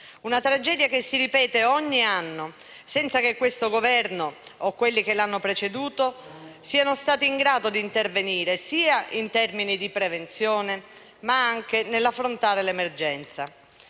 Una tragedia che si ripete ogni anno, senza che questo Governo o quelli che l'hanno preceduto siano stati in grado di intervenire, sia in termini di prevenzione, sia nell'affrontare l'emergenza.